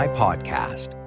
podcast